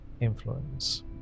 influence